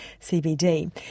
CBD